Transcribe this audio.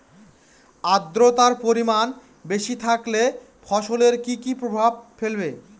আদ্রর্তার পরিমান বেশি থাকলে ফসলে কি কি প্রভাব ফেলবে?